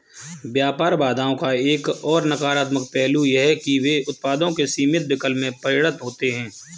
व्यापार बाधाओं का एक और नकारात्मक पहलू यह है कि वे उत्पादों के सीमित विकल्प में परिणत होते है